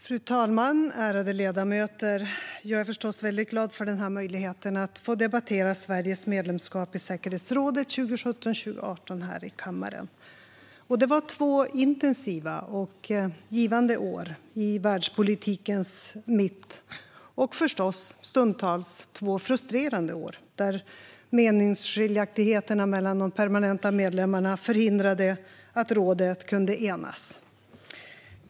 Fru talman och ärade ledamöter! Jag är förstås väldigt glad för denna möjlighet att debattera Sveriges medlemskap i säkerhetsrådet under 2017-2018 här i kammaren. Det var två intensiva och givande år i världspolitikens mitt. Stundtals var det förstås även två frustrerande år, då meningsskiljaktigheterna mellan de permanenta medlemmarna förhindrade att rådet kunde enas.